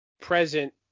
present